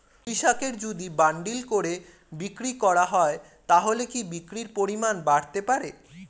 পুঁইশাকের যদি বান্ডিল করে বিক্রি করা হয় তাহলে কি বিক্রির পরিমাণ বাড়তে পারে?